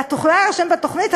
את יכולה להירשם בתוכנית,